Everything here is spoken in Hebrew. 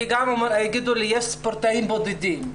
יגידו לי שיש ספורטאים בודדים.